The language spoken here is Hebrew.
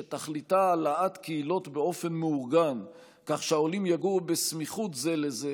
שתכליתה העלאת קהילות באופן מאורגן כך שהעולים יגורו בסמיכות זה לזה